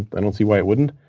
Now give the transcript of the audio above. i don't see why it wouldn't.